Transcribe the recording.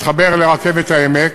היא תתחבר לרכבת העמק,